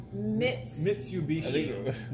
Mitsubishi